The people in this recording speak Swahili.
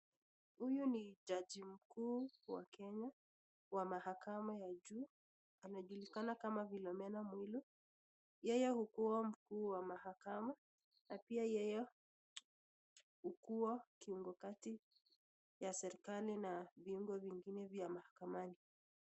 Huyu ni jaji mkuu wa Kenya wa mahakama ya juu, anajulikana kama Filomena Mwilu, yeye hukuwa mkuu wa mahakama na pia yeye hukuwa kati ya serkali na viongo vingine vya mahakamani.